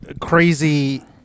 crazy